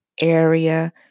area